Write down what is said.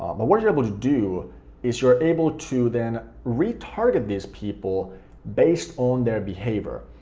but what you're able to do is you're able to then retarget these people based on their behavior.